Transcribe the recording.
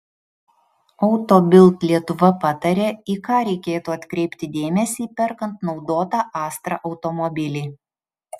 auto bild lietuva pataria į ką reikėtų atkreipti dėmesį perkant naudotą astra automobilį